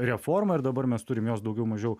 reforma ir dabar mes turim jos daugiau mažiau